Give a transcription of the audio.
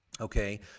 Okay